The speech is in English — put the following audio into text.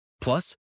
Plus